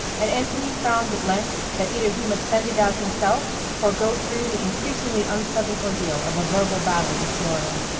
and anthony found at length that either he must send it out himself or go through the increasingly unpleasant ordeal of a verbal battle with gloria.